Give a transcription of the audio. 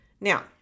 Now